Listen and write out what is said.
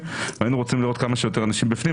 והיינו רוצים לראות כמה שיותר אנשים בפנים.